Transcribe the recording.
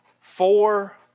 Four